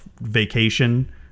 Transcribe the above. vacation